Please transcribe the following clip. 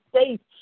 States